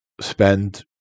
spend